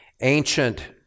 ancient